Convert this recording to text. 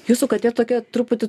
jūsų katė tokia truputį